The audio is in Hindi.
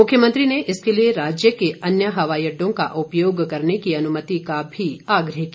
मुख्यमंत्री ने इसके लिए राज्य के अन्य हवाई अड़डों का उपयोग करने की अनुमति का भी आग्रह किया